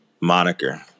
moniker